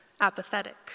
apathetic